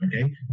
okay